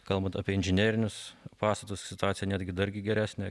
kalbant apie inžinerinius pastatus situacija netgi dar gi geresnė